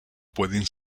pueden